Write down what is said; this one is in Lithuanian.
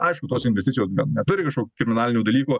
aišku tos investicijos neturi kažkokių kriminalinių dalykų